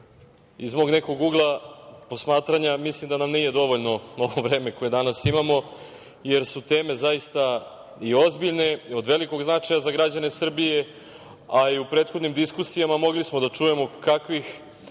iz mog nekog ugla posmatranja mislim da nam nije dovoljno ovo vreme koje danas imamo, jer su teme zaista i ozbiljne i od velikog značaja za građane Srbije, a i u prethodnim diskusijama mogli smo da čujemo kakvih